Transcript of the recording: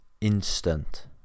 instant